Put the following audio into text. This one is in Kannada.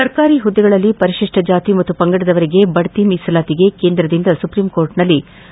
ಸರ್ಕಾರಿ ಹುದ್ದೆಗಳಲ್ಲಿ ಪರಿಶಿಷ್ಟ ಜಾತಿ ಮತ್ತು ಪಂಗಡದವರಿಗೆ ಬಡ್ತಿ ಮೀಸಲಾತಿಗೆ ಕೇಂದ್ರದಿಂದ ಸುಪ್ರೀಂಕೋರ್ಟ್ನಲ್ಲಿ ಬಲವಾದ ಪ್ರತಿಪಾದನೆ